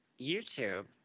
YouTube